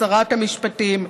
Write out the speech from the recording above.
לשרת המשפטים,